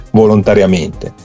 volontariamente